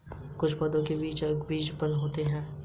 कुछ पौधों के बीज एक बीजपत्री होते है